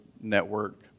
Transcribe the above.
Network